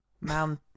Mount